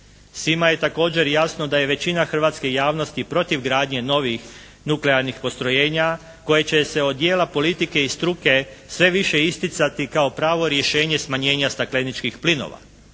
Svima je također jasno da je većina hrvatske javnosti i protiv gradnje novih nuklearnih postrojenja koja će se od dijela politike i struke sve više isticati kao pravo rješenje smanjenja stakleničkih plinova.